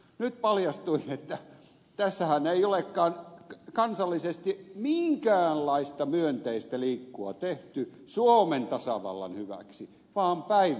nyt paljastui että tässähän ei olekaan kansallisesti minkäänlaista myönteistä liikkua tehty suomen tasavallan hyväksi vaan päinvastoin